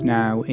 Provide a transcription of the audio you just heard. now